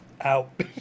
Out